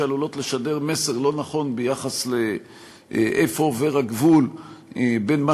עלולות לשדר מסר לא נכון ביחס לאיפה עובר הגבול בין מה